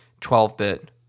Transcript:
12-bit